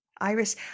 Iris